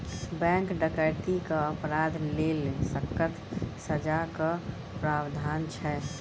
bank डकैतीक अपराध लेल सक्कत सजाक प्राबधान छै